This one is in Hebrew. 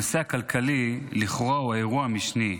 הנושא הכלכלי הוא לכאורה האירוע המשני,